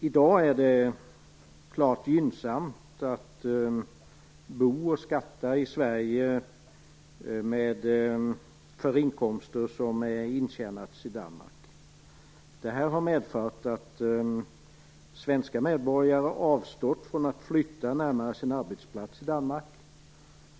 I dag är det klart gynnsamt att bo och skatta i Sverige för inkomster som intjänats i Danmark. Det har medfört att svenska medborgare har avstått från att flytta närmare sin arbetsplats i Danmark.